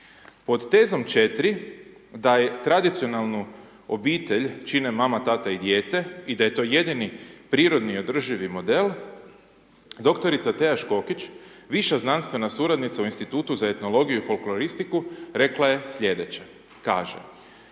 Pod tezom 4 da tradicionalnu obitelj čine mama, tata i dijete i da je to jedini prirodni održivi model. Dr. Tea Škokić, viša znanstvena suradnica u Institutu za etnologiju i folkloristiku rekla je slijedeće, kaže,